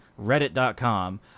Reddit.com